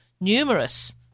numerous